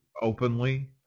openly